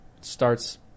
starts